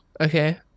Okay